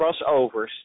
crossovers